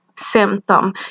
symptom